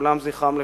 כולם זכרם לברכה.